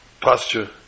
posture